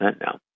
now